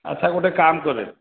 ଆଚ୍ଛା ଗୋଟେ କାମ କରେ